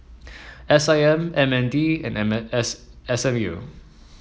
S I M M N D and M S S M U